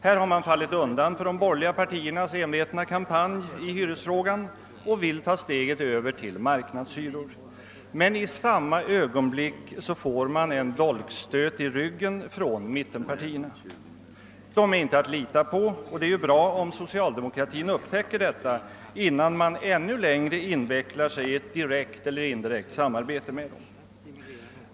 Här har man fallit undan för de borgerliga partiernas envetna kampanj i hyresfrågan och vill ta steget över till marknadshyror. Men i samma ögonblick får man en dolkstöt i ryggen från mittenpartierna. De är inte att lita på, och det är ju bra om socialdemokratin upptäcker detta innan man invecklar sig ännu längre i ett direkt eller indirekt samarbete med dem.